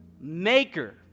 maker